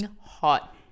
hot